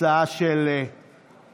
הצעה של הליכוד.